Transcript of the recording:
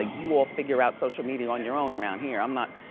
like you all figure out social media on your own around here. i'm not,